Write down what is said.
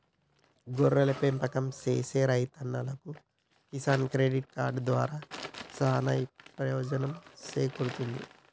గొర్రెల పెంపకం సేసే రైతన్నలకు కిసాన్ క్రెడిట్ కార్డు దారా సానా పెయోజనం సేకూరుతుంది